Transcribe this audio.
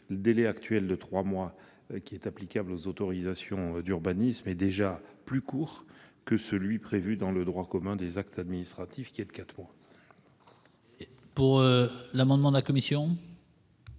le délai de trois mois actuellement applicable aux autorisations d'urbanisme est déjà plus court que celui prévu dans le droit commun des actes administratifs, qui est de quatre mois. Quant à l'amendement n° 1099 de la commission,